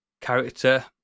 character